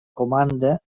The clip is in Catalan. comanda